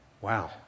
Wow